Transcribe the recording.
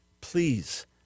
please